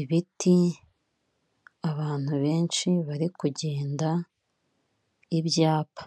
ibiti, abantu benshi bari kugenda, ibyapa.